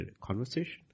conversation